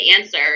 answer